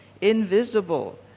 Invisible